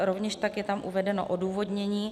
Rovněž tak je tam uvedeno odůvodnění.